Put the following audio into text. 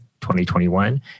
2021